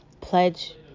pledge